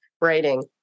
writing